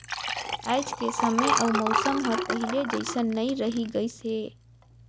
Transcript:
आयज के समे अउ मउसम हर पहिले जइसन नइ रही गइस हे